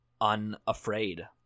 unafraid